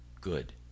good